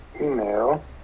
email